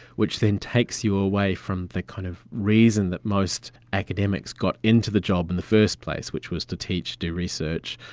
which then takes you away from the kind of reason that most academics got into the job in the first place, which was to teach, do research,